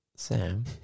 Sam